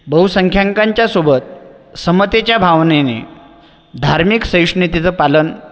बहुसंख्यांकांच्या सोबत समतेच्या भावनेने धार्मिक सहिष्णुतेचं पालन